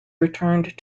returned